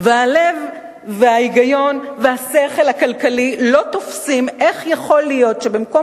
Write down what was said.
הלב וההיגיון והשכל הכלכלי לא תופסים איך יכול להיות שבמקום